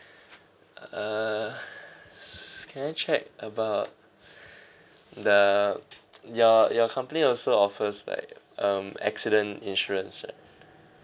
uh can I check about the your company also offers like um accident insurance right